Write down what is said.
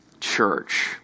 church